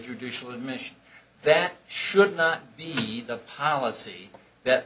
judicial admission that should not be the policy that